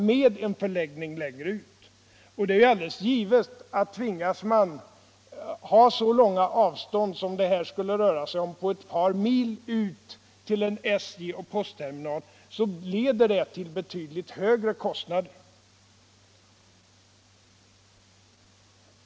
Tvingas man lägga en SJ och postterminal så långt ut som det här skulle 19 röra sig om — ett par mil — leder detta till betydligt högre kostnader.